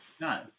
No